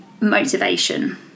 motivation